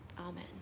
amen